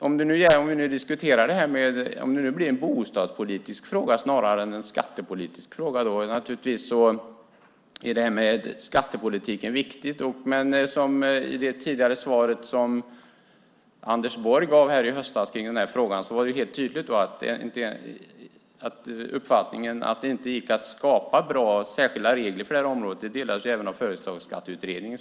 Om det nu blir en bostadspolitisk fråga snarare än skattepolitisk är det här med skattepolitik ändå viktig. I det svar som Anders Borg gav på frågan i höstas var det helt tydligt att uppfattningen var att det inte går att skapa bra särskilda regler på det här området. Den uppfattningen delades även av Företagsskatteutredningen.